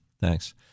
thanks